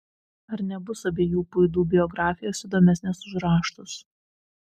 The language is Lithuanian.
ar nebus abiejų puidų biografijos įdomesnės už raštus